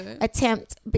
attempt